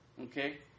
Okay